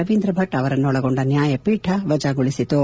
ರವೀಂದ್ರ ಭಟ್ ಅವರನ್ನು ಒಳಗೊಂಡ ನ್ನಾಯಪೀಠ ವಜಾಗೊಳಿಸಿತು